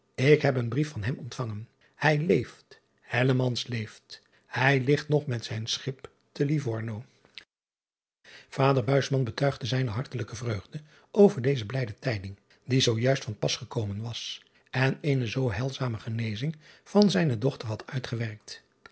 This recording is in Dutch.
ik heb een brief van hem ontvangen ij leeft leeft ij ligt nog met zijn schip te ivorno ader betuigde zijne hartelijke vreugde over deze blijde tijding die zoo juist van pas gekomen was en eene zoo heilzame genezing van zijne dochter had uitgewerkt